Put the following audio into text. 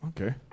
Okay